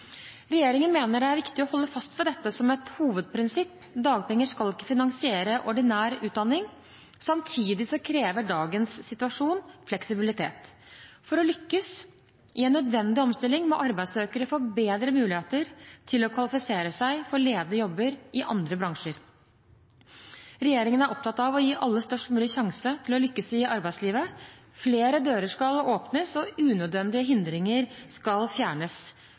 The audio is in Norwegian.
ved dette som et hovedprinsipp. Dagpenger skal ikke finansiere ordinær utdanning. Samtidig krever dagens situasjon fleksibilitet. For å lykkes i en nødvendig omstilling må arbeidssøkere få bedre muligheter til å kvalifisere seg for ledige jobber i andre bransjer. Regjeringen er opptatt av å gi alle størst mulig sjanse til å lykkes i arbeidslivet. Flere dører skal åpnes, og unødvendige hindringer skal fjernes.